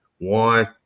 One